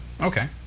Okay